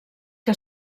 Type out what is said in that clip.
que